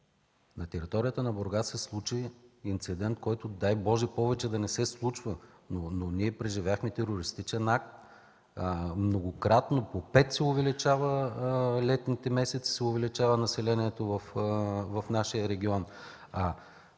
На територията на Бургас се случи инцидент, който, дай Боже, повече да не се случва, но ние преживяхме терористичен акт. Многократно – по пет пъти, през летните месеци се увеличава населението в нашия регион.